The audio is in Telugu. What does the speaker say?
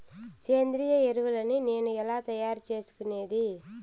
సేంద్రియ ఎరువులని నేను ఎలా తయారు చేసుకునేది?